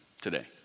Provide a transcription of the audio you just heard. today